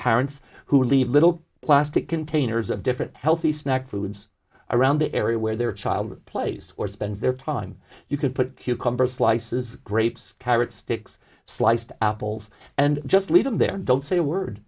parents who leave little plastic containers of different healthy snack foods around the area where their child plays or spends their time you could put cucumber slices grapes carrot sticks sliced apples and just leave them there don't say a word